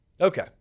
Okay